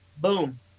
boom